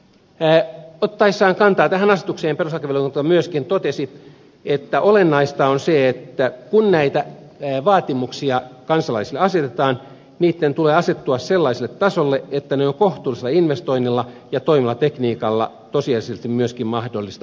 ottaessaan kantaa tähän asetukseen perustuslakivaliokunta myöskin totesi että olennaista on se että kun näitä vaatimuksia kansalaisille asetetaan niitten tulee asettua sellaiselle tasolle että ne on myöskin kohtuullisella investoinnilla ja toimivalla tekniikalla tosiasiallisesti mahdollista moitteettomasti täyttää